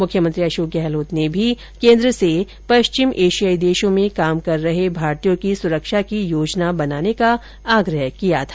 मुख्यमंत्री अशोक गहलोत ने भी केन्द्र से पश्चिम एशियाई देशों में काम कर रहे भारतीयों की सुरक्षा की योजना बनाने का आग्रह किया था